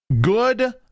Good